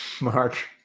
Mark